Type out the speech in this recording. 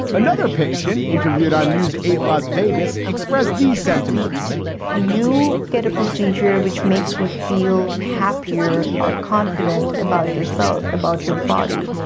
another patient interviewed on news eight las vegas expressed these sentiments. if you get a procedure which makes you feel happy here, ah confident about yourself, about your body,